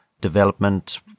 development